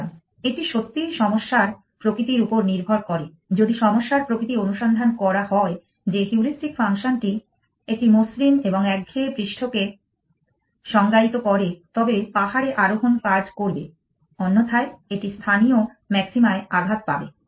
সুতরাং এটি সত্যিই সমস্যার প্রকৃতির উপর নির্ভর করে যদি সমস্যার প্রকৃতি অনুসন্ধান করা হয় যে হিউরিস্টিক ফাংশনটি একটি মসৃণ এবং একঘেয়ে পৃষ্ঠকে সংজ্ঞায়িত করে তবে পাহাড়ে আরোহণ কাজ করবে অন্যথায় এটি স্থানীয় ম্যাক্সিমায় আঘাত পাবে